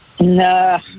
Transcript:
No